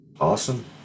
awesome